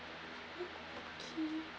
okay